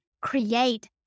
create